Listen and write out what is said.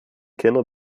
kenner